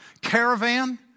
caravan